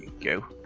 go.